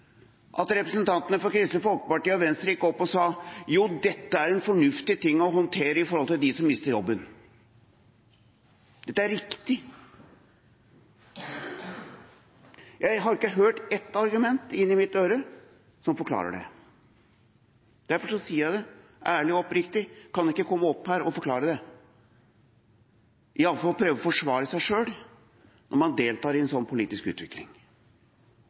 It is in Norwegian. at representantene fra Kristelig Folkeparti og Venstre gikk opp og sa: Jo, dette er en fornuftig måte å håndtere dette på, med hensyn til dem som mister jobben, dette er riktig. Jeg har ikke hørt ett argument inn i mitt øre som forklarer det. Derfor sier jeg det, ærlig og oppriktig: Kan de ikke komme opp her og forklare det, eller i alle fall prøve å forsvare seg, når man deltar i en sånn politisk utvikling?